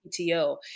PTO